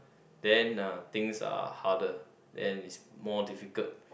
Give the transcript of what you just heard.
then uh things are harder then its more difficult